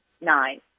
nine